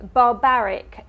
barbaric